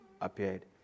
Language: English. appeared